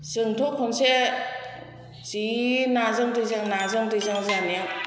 जोंथ' खनसे जि नाजों दैजों नाजों दैजों जानायाव